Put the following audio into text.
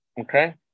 Okay